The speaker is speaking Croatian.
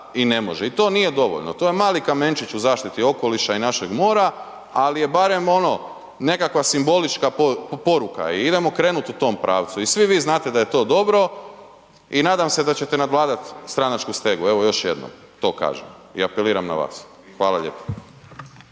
i ne može i to nije dovoljno, to je mali kamenčić u zaštiti okoliša i našeg mora, al je barem ono nekakva simbolička poruka i idemo krenut u tom pravcu i svi vi znate da je to dobro i nadam se da ćete nadvladat stranačku stegu, evo još jednom to kažem i apeliram na vas. Hvala lijepo.